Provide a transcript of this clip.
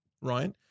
right